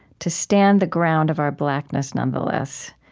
to stand the ground of our blackness nonetheless?